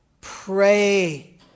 pray